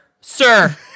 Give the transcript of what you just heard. sir